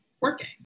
working